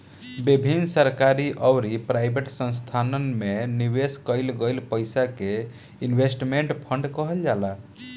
विभिन्न सरकारी अउरी प्राइवेट संस्थासन में निवेश कईल गईल पईसा के इन्वेस्टमेंट फंड कहल जाला